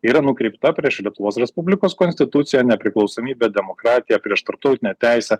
yra nukreipta prieš lietuvos respublikos konstituciją nepriklausomybę demokratiją prieš tarptautinę teisę